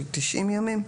של 90 ימים,